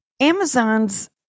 Amazon's